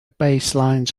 baselines